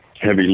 heavy